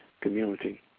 community